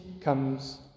comes